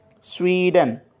Sweden